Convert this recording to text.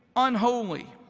unholy,